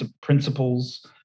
principles